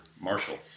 Marshall –